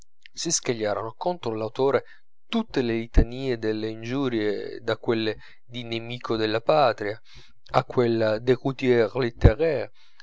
si scagliarono contro l'autore tutte le litanie delle ingiurie da quella di nemico della patria a quella d